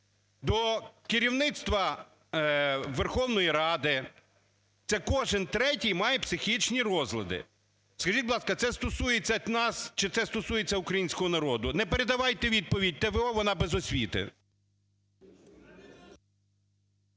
до керівництва Верховної Ради? Це кожен третій має психічні розлади. Скажіть, будь ласка, це стосується нас чи це стосується українського народу. Не передавайте відповідь т.в.о., вона без освіти.